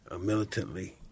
militantly